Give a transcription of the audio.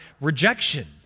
rejection